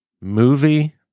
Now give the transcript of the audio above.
movie